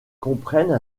comprennent